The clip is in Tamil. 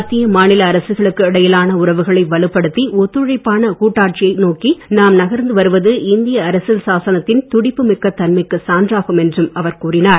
மத்திய மாநில அரசுகளுக்கு இடையிலான உறவுகளை வலுப்படுத்தி ஒத்துழைப்பான கூட்டாட்சியை நோக்கி நாம் நகர்ந்து வருவது இந்திய அரசியல் சாசனத்தின் துடிப்பு மிக்கத் தன்மைக்குச் சான்றாகும் என்றும் அவர் கூறினார்